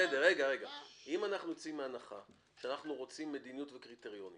אם אנחנו יוצאים מהנחה שאנחנו רוצים מדיניות וקריטריונים